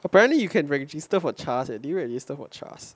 apparently you can register for CHAS leh did you register for CHAS